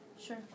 Sure